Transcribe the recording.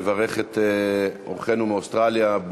נברך את אורחינו מאוסטרליה,